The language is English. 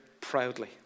proudly